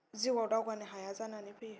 जिउआव दावगानो हाया जानानै फैयो